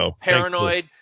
paranoid